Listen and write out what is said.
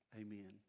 amen